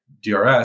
DRS